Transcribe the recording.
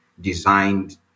designed